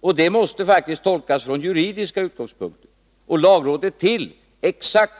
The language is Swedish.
Och detta måste faktiskt tolkas från juridiska utgångspunkter, och lagrådet är till för exakt